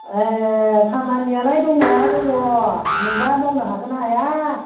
ए खामानियालाय दंनाया दङ नोंबा मावनो हागोन ना हाया